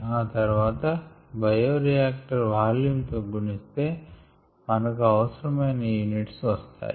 ఆ తర్వాత bioreactor volume తో గుణిస్తే మనకు అవసరమైన యూనిట్స్ వస్తాయి